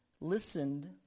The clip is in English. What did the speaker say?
listened